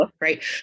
right